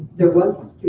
there was a